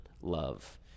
love